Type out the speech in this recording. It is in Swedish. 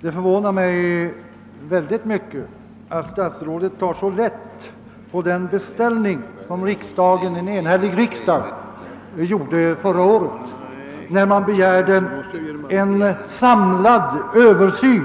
Det överraskar mig mycket att statsrådet tar så lätt på den beställning som en enhällig riksdag förra året gjorde om en samlad översyn över